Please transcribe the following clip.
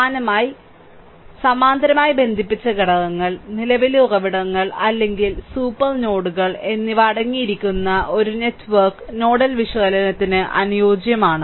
സമാനമായി സമാന്തരമായി ബന്ധിപ്പിച്ച ഘടകങ്ങൾ നിലവിലെ ഉറവിടങ്ങൾ അല്ലെങ്കിൽ സൂപ്പർ നോഡുകൾ എന്നിവ അടങ്ങിയിരിക്കുന്ന ഒരു നെറ്റ്വർക്ക് നോഡൽ വിശകലനത്തിന് അനുയോജ്യമാണ്